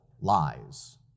lies